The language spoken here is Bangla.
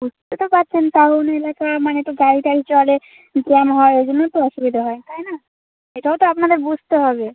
বুঝতেই তো পারছেন টাউন এলাকা মানে তো গাড়ি টাড়ি চলে জ্যাম হয় ওই জন্য তো অসুবিধা হয় তাই না এটাও তো আপনাদের বুঝতে হবে